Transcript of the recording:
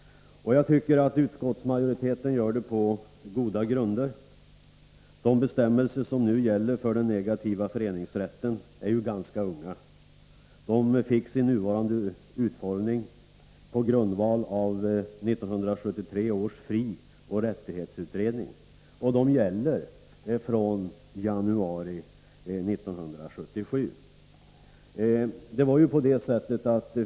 Jag tycker att utskottsmajoriteten gör det på goda grunder. De bestämmelser som nu gäller för den negativa föreningsrätten är ju ganska nya. De fick sin nuvarande utformning på förslag av 1973 års frioch rättighetsutredning och gäller fr.o.m. januari 1977.